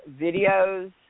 videos